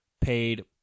paid